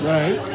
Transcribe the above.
Right